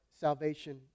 salvation